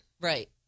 Right